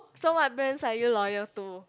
so what brands are you loyal to